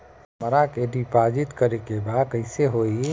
हमरा के डिपाजिट करे के बा कईसे होई?